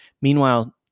Meanwhile